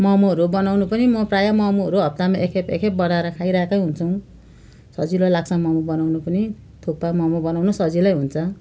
मोमोहरू बनाउनु पनि म प्रायः मोमोहरू हप्तामा एकखेप एकखेप बनाएर खाइरहेकै हुन्छौँ सजिलो लाग्छ मोमो बनाउनु पनि थुक्पा मोमो बनाउनु सजिलै हुन्छ